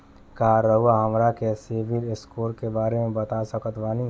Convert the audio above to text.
का रउआ हमरा के सिबिल स्कोर के बारे में बता सकत बानी?